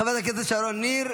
חברת הכנסת שרון ניר,